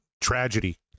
tragedy